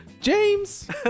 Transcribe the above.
James